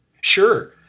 Sure